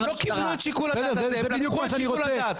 זה בדיוק מה אני רוצה.